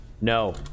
No